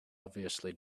obviously